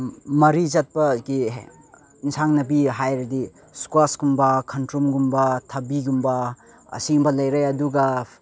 ꯃꯔꯤ ꯆꯠꯄꯒꯤ ꯑꯦꯟꯁꯥꯡ ꯅꯥꯄꯤ ꯍꯥꯏꯔꯗꯤ ꯁ꯭ꯀꯋꯥꯁꯀꯨꯝꯕ ꯈꯣꯡꯗ꯭ꯔꯨꯝꯒꯨꯝꯕ ꯊꯕꯤꯒꯨꯝꯕ ꯑꯁꯤꯒꯨꯝꯕ ꯂꯩꯔꯦ ꯑꯗꯨꯒ